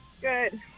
Good